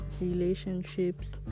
relationships